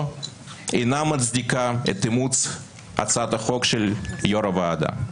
אינה מצדיקה את אימוץ הצעת החוק של יושב-ראש הוועדה.